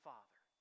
Father